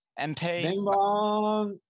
MP